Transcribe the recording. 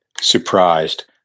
surprised